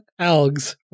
ALGS